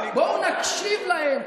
בואו נקשיב להם.